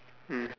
mm